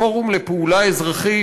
הפורום לפעולה אזרחית,